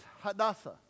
Hadassah